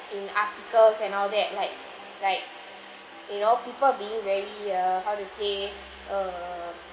in articles and all that like like you know people being very uh how to say err